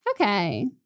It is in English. okay